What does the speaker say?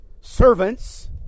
Servants